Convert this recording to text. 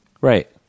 Right